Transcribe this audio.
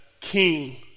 King